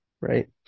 right